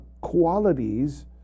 qualities